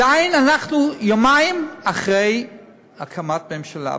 רק יומיים אחרי הקמת הממשלה,